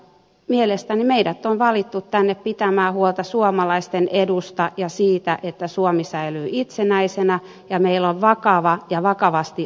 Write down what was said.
mielestäni meidät on valittu tänne pitämään huolta suomalaisten edusta ja siitä että suomi säilyy itsenäisenä ja meillä on vakava ja vakavasti otettava puolustus